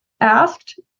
asked